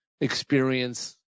experience